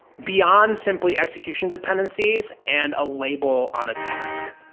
beyond simply execution dependencies and a label on a task.